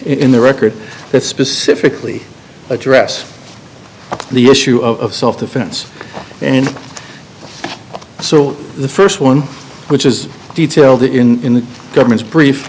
in the record that specifically address the issue of self defense and in so the st one which is detailed in the government's brief